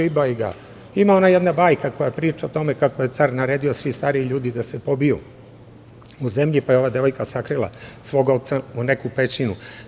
Ima jedna bajka koja nam priča o tome kako je car naredio da se svi stari ljudi pobiju u zemlji, pa je ova devojka sakrila svoga oca u neku pećinu.